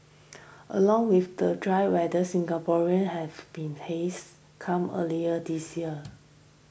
along with the dry weather Singaporean have been haze come earlier this year